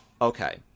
okay